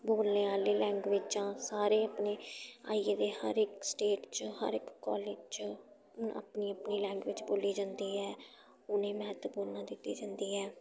बोलने आह्ली लैंग्वेजां सारे अपने आई गेदे हर इक स्टेट च हर इक कालज च हून अपनी अपनी लैंग्वेज बोल्ली जंदी ऐ उ'नें गी म्हत्तवपूर्णता दिती जंदी ऐ